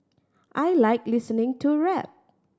I like listening to rap